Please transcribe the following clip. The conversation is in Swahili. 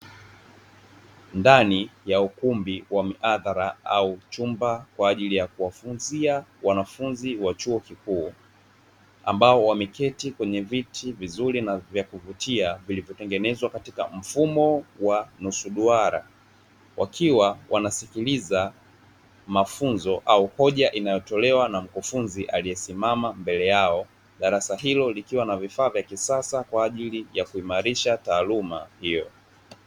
Ndani ya ukumbi wa mhadhara au chumba kwa ajili ya kuwafunzia wanafunzi wa chuo kikuu, ambao wameketi kwenye viti vizuri na vya kuvutia vilivyotengenezwa katika mfumo wa nusu duara wakiwa wanasikiliza mafunzo au hoja inayotolewa na mkufunzi aliyesimama mbele yao darasa hilo likiwa na vifaa vya kisasa kwa ajili ya kuimarisha taaluma hiyo.